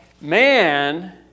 man